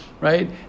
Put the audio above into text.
right